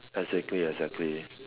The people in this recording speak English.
exactly exactly